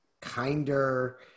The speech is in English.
kinder